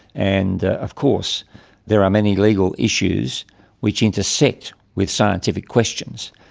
and of course there are many legal issues which intersect with scientific questions,